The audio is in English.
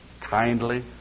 kindly